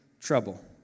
trouble